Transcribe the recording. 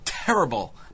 Terrible